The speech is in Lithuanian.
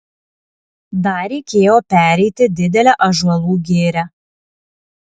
dar reikėjo pereiti didelę ąžuolų girią